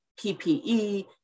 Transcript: PPE